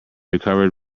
recovered